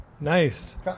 Nice